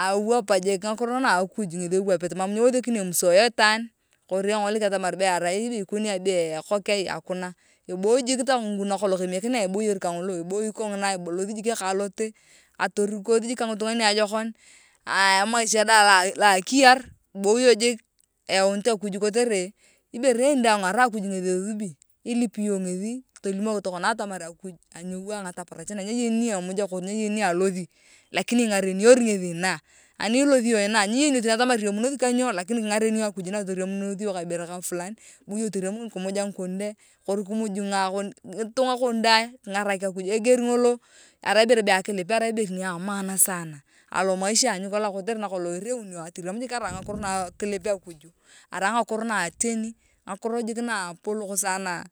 Eeee ewap jik ngakiro na akuj ngethi iwepit mam nyewethikini emthoea itwaan kori engolik atamar be arai beee ikoni aaiii be ekok aai hakuna eboi jik tangu eboyor kangolo alothi jik elote kang atorikoth kangitunga elote loajokon emasha daang loa kiya iboyo jik eaunit akuj kotere ibere eeen dang arai akuj ngethi ethubi ilip iyong ngethi tolimok tokona atamar aaii akuj anyou ayong ataparach na nyeyani ni emuja kori nyayeni ni alothi lakini ingareneyori ngeth inaa ani ilothi iyong inaa nyiyeni iyong teni atamar inamunothi ka inyo lakini kingarenio akuj inaa kiriamunoth iyong ka ibere fulani ibu iyong toriam kimuja ngikon dee kingarak akuj eger ngolo arai ibere be akilip arai ibere niaaman sana alomaisha kotere nakolong ereunio atorem jik arai ngakiro na akilip akuj arai ngakiro na ateni ngakiro jik naapolik sana